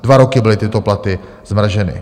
Dva roky byly tyto platy zmrazeny.